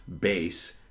base